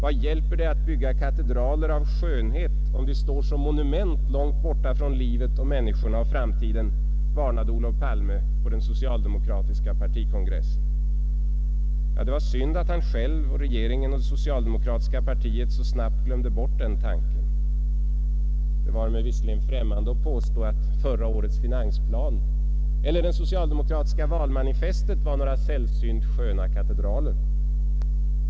”Vad hjälper det att bygga katedraler av skönhet, om de står som monument långt borta från livet och människorna och framtiden”, varnade Olof Palme på den socialdemokratiska partikongressen. Det var synd att han själv, regeringen och socialdemokratiska partiet så snabbt glömde bort den tanken. Det vare mig visserligen främmande att påstå att förra årets finansplan eller det socialdemokratiska valmanifestet var några sällsynt sköna katedraler.